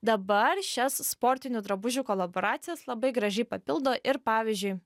dabar šias sportinių drabužių kolaboracijas labai gražiai papildo ir pavyzdžiui